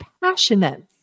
passionate